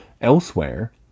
Elsewhere